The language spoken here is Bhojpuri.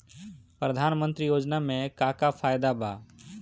प्रधानमंत्री योजना मे का का फायदा बा?